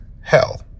hell